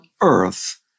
earth